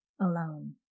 alone